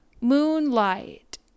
moonlight